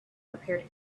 prepared